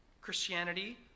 Christianity